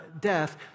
death